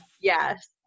Yes